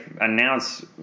announce